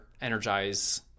energize